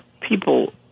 people